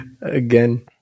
Again